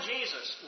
Jesus